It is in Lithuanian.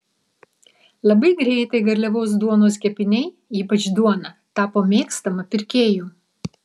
labai greitai garliavos duonos kepiniai ypač duona tapo mėgstama pirkėjų